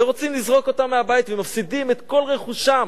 ורוצים לזרוק אותם מהבית ומפסידים את כל רכושם